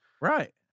right